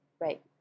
right